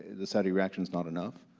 the saudi reaction's not enough,